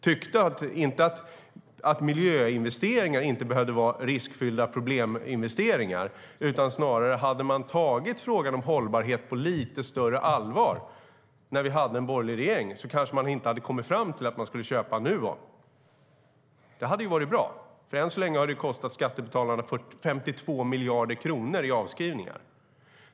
Han tyckte att miljöinvesteringar inte behövde vara "riskfyllda" probleminvesteringar, utan snarare att om man hade tagit frågan om hållbarhet på lite större allvar under den borgerliga regeringen kanske man inte hade kommit fram till att man skulle köpa Nuon. Det hade varit bra. Än så länge har det köpet kostat skattebetalarna 52 miljarder kronor i avskrivningar.